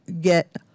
get